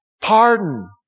Pardon